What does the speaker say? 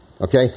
Okay